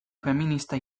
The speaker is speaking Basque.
feminista